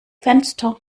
fenster